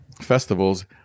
Festivals